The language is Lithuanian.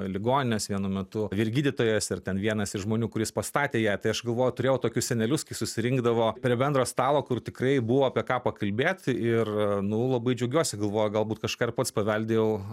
ligoninės vienu metu vyr gydytojas ir ten vienas iš žmonių kuris pastatė ją tai aš galvoju turėjau tokius senelius kai susirinkdavo prie bendro stalo kur tikrai buvo apie ką pakalbėt ir nu labai džiaugiuosi galvoju galbūt kažką ir pats paveldėjau